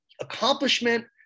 accomplishment